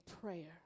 prayer